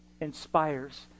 inspires